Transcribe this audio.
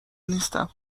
نیستم